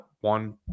one